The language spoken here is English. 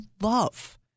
love